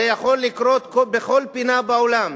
זה יכול לקרות בכל פינה בעולם.